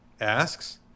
asks